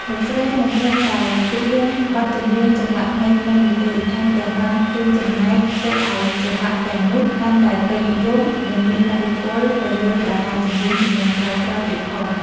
លោកស្រីមិនត្រឹមតែច្រៀងបទចម្រៀងចង្វាក់ថ្មីៗនោះទេ ថែមទាំងបានរួមចំណែកធ្វើឱ្យចង្វាក់ទាំងនោះកាន់តែពេញនិយម និងមានឥទ្ធិពលទៅលើតារាចម្រៀងជំនាន់ក្រោយៗទៀតផង។